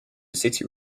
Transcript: city